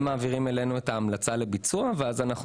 הם מעבירים אלינו את ההמלצה לביצוע ואז אנחנו